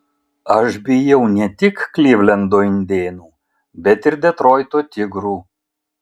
aš bijau ne tik klivlendo indėnų bet ir detroito tigrų